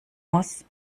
muss